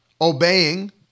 obeying